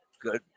Good